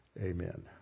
Amen